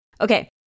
Okay